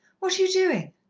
what are you doing?